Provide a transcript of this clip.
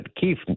Keith